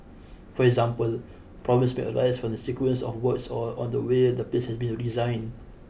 for example problems may arise from the sequence of works or or the way the place has been designed